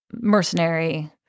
Mercenary